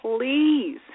please